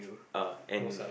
uh and